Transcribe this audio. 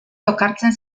lokartzen